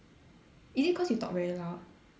is it cause you talk very loud